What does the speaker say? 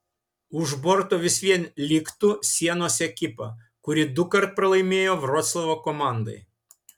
už borto vis vien liktų sienos ekipa kuri dukart pralaimėjo vroclavo komandai